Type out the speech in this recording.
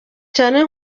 cyane